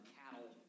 cattle